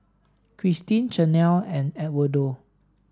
Christeen Chanelle and Edwardo